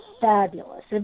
fabulous